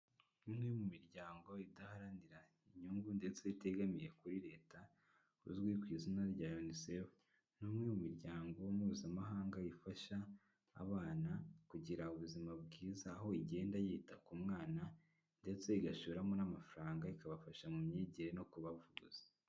Imwe mu miryango idaharanira inyungu ndetse itegamiye kuri leta, uzwi ku izina rya Unicef. Ni umwe mu miryango mpuzamahanga ifasha abana kugira ubuzima bwiza, aho igenda yita ku mwana ndetse igashoramo n'amafaranga ikabafasha mu myigire no kubavuza.